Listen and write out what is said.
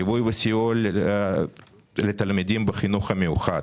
ליווי וסיוע לתלמידים בחינוך המיוחד,